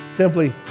Simply